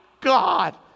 God